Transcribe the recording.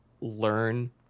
learn